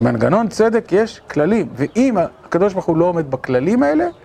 במנגנון צדק יש כללים, ואם הקב"ה לא עומד בכללים האלה